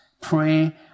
pray